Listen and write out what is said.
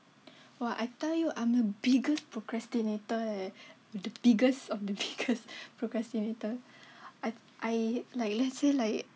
!wah! I tell you I'm biggest procrastinator eh with the biggest of the biggest procrastinator I I like let's say like